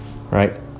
right